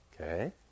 Okay